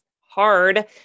hard